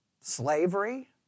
slavery